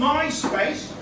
MySpace